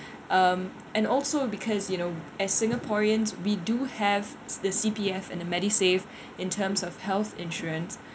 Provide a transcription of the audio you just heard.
um and also because you know as singaporeans we do have the C_P_F and the MediSave in terms of health insurance